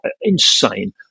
insane